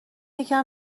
یکم